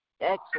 excellent